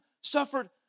suffered